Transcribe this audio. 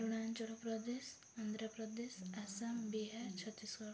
Arunachal Pradesh Andhra Pradesh Assam Bihar Chhattisgarh